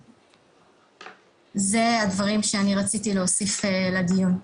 אלו הדברים שרציתי להוסיף לדיון.